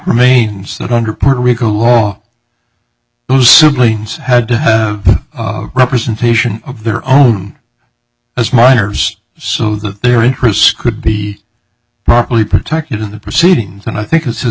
remains that under puerto rico law who simply had to have representation of their own as miners so that their interests could be properly protected in the proceedings and i think has his